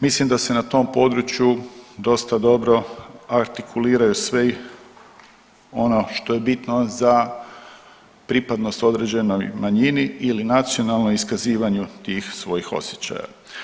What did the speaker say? Mislim da se na tom području dosta dobro artikuliraju svi ono što je bitno za pripadnost određenoj manjini ili nacionalnoj iskazivanju tih svojih osjećaja.